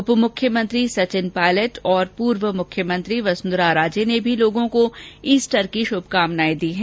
उप मुख्यमंत्री सचिन पायलट और पूर्व मुख्यमंत्री वसुंधरा राजे ने भी लोगों को ईस्टर की शुभकामनाएं दी हैं